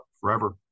forever